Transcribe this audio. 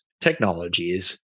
technologies